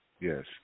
yes